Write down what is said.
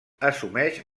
assumeix